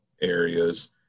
areas